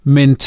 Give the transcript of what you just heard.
Men